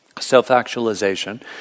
Self-actualization